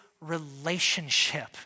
relationship